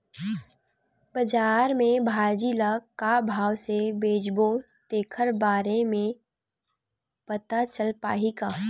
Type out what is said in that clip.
बजार में भाजी ल का भाव से बेचबो तेखर बारे में पता चल पाही का?